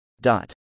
Dot